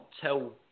tell